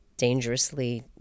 dangerously